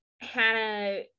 Hannah